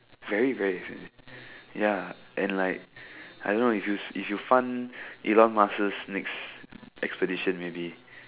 very very expensive ya and like I don't know if if you fund next expedition maybe